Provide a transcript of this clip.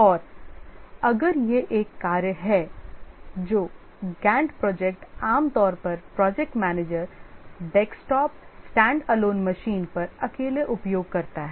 और अगर यह एक कार्य है जो गैंट प्रोजेक्ट आमतौर पर project manager desktop standalone machine पर अकेले उपयोग करता है